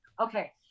Okay